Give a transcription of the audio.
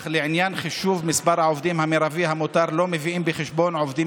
אך לעניין חישוב מספר העובדים המרבי המותר לא מביאים בחשבון עובדים